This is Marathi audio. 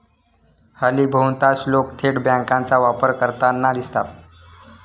हल्ली बहुतांश लोक थेट बँकांचा वापर करताना दिसतात